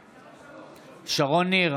בעד שרון ניר,